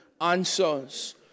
answers